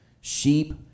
sheep